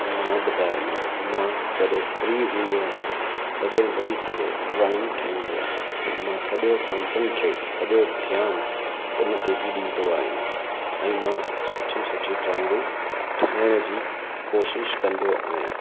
त मां ॿुधायोमांसि मां जॾहिं फ्री हूंदो आहियां तॾहिं वेही करे ड्रॉइंग ठाहींदो आहियां मां सॼो कॉन्संट्रेट सॼो ध्यानु उन ते ई ॾींदो आहियां ऐं मां सुठी सुठी ड्रॉइंगूं ठाहिण जी कोशिश कंदो आहियां